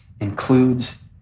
includes